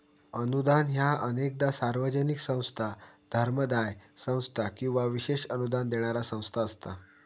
अनुदान ह्या अनेकदा सार्वजनिक संस्था, धर्मादाय संस्था किंवा विशेष अनुदान देणारा संस्था असता